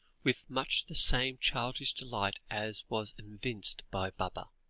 with much the same childish delight as was evinced by baba.